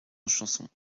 chansons